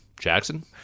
jackson